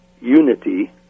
unity